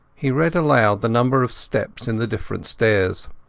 he read aloud the number of steps in the different stairs.